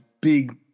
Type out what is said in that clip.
big